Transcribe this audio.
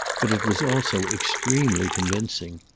but it was also extremely convincing.